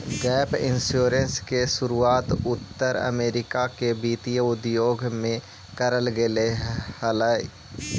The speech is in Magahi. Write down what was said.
गैप इंश्योरेंस के शुरुआत उत्तर अमेरिका के वित्तीय उद्योग में करल गेले हलाई